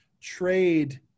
trade